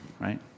right